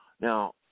Now